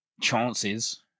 chances